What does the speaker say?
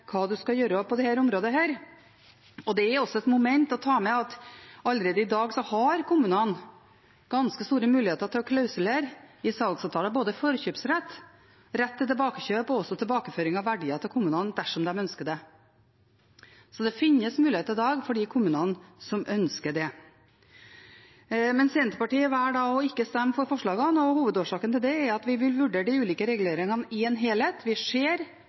hva man skal gjøre på dette området. Det er også et moment å ta med at allerede i dag har kommunene ganske store muligheter til å klausulere i salgsavtaler både forkjøpsrett, rett til tilbakekjøp og også tilbakeføring av verdier til kommunene dersom de ønsker det. Så det finnes muligheter i dag for de kommunene som ønsker det. Senterpartiet velger å ikke stemme for forslagene, og hovedårsaken til det er at vi vil vurdere de ulike reguleringene i en helhet. Vi ser